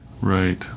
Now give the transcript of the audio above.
Right